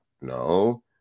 no